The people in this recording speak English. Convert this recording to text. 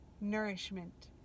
nourishment